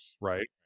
Right